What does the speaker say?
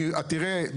תראה,